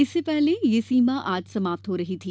इससे पहले यह सीमा आज समाप्त हो रही थी